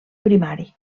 primari